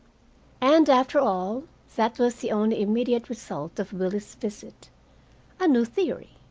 and, after all, that was the only immediate result of willie's visit a new theory!